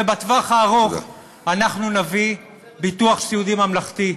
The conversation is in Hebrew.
ובטווח הארוך אנחנו נביא ביטוח סיעודי ממלכתי,